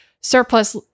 surplus